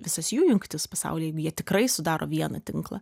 visas jų jungtis pasaulyje jie tikrai sudaro vieną tinklą